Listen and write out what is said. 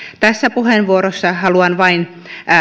tässä puheenvuorossa haluan vain